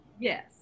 Yes